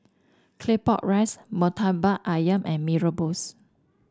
Claypot Rice murtabak ayam and Mee Rebus